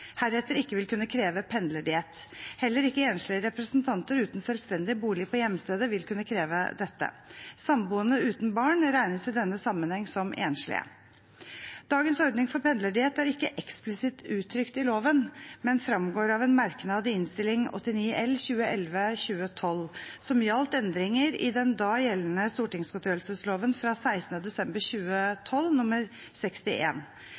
heretter ikke vil kunne kreve pendlerdiett. Heller ikke enslige representanter uten selvstendig bolig på hjemstedet vil kunne kreve dette. Samboende uten barn regnes i denne sammenheng som enslige. Dagens ordning for pendlerdiett er ikke eksplisitt uttrykt i loven, men fremgår av en merknad i Innst. 89 L for 2011–2012 som gjaldt endringer i den da gjeldende stortingsgodtgjørelsesloven fra 16. desember